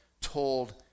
told